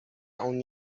اون